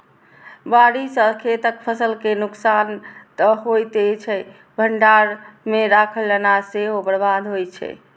बाढ़ि सं खेतक फसल के नुकसान तं होइते छै, भंडार मे राखल अनाज सेहो बर्बाद होइ छै